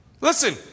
Listen